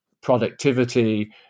productivity